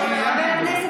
כשהוא נאלץ לקרוא דברים,